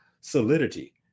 solidity